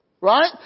Right